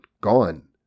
Gone